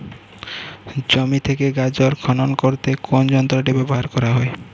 জমি থেকে গাজর খনন করতে কোন যন্ত্রটি ব্যবহার করা হয়?